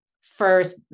first